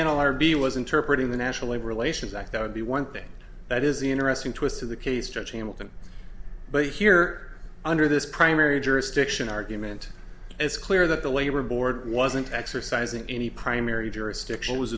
analyzer be was interpreted the national labor relations act that would be one thing that is interesting to us through the case judge hamilton but here under this primary jurisdiction argument it's clear that the labor board wasn't exercising any primary jurisdiction was